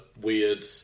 weird